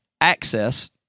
access